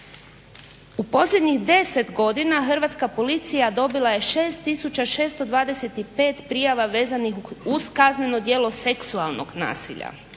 U posljednjih 10 godina Hrvatska policija dobila je 6625 prijava vezanih uz kazneno djelo seksualnog nasilja.